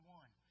one